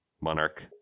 monarch